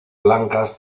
blancas